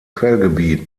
quellgebiet